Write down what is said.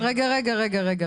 אני --- רגע, רגע.